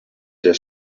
der